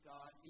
God